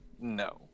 no